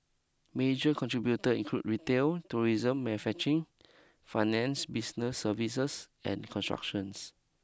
major contributor include retail tourism manufacturing finance business services and construction